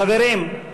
חברים,